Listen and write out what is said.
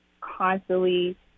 constantly